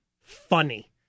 funny